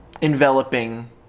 enveloping